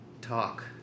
talk